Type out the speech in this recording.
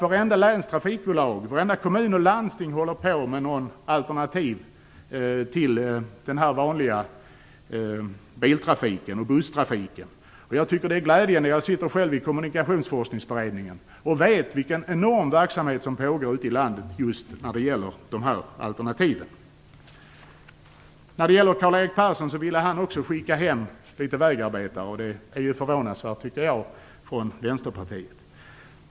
Varenda länstrafikbolag och varenda kommun och landsting håller på med något alternativ till den vanliga bil och busstrafiken. Jag tycker att det är glädjande. Jag sitter själv i Kommunikationsforskningsberedningen och vet vilken enorm verksamhet som pågår ute i landet just när det gäller dessa alternativ. Också Karl-Erik Persson ville skicka hem vägarbetare. Det är förvånansvärt att ett sådant förslag kommer från Vänsterpartiet, tycker jag.